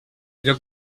lloc